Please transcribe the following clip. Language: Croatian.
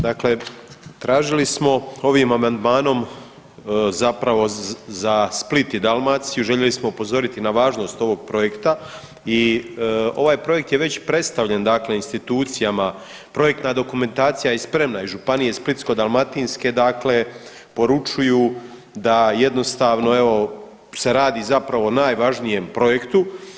Dakle, tražili smo ovim amandmanom zapravo za Split i Dalmaciju željeli smo upozoriti na važnost ovog projekta i ovaj projekt je već predstavljen dakle institucijama, projektna dokumentacija je spremna iz županije Splitsko-dalmatinske dakle poručuju da jednostavno evo se radi zapravo o najvažnijem projektu.